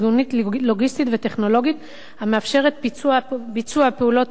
לוגיסטית וטכנולוגית המאפשרת ביצוע פעולות אלה,